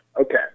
Okay